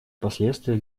последствия